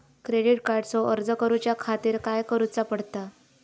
Credit कार्डचो अर्ज करुच्या खातीर काय करूचा पडता?